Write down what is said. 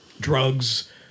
drugs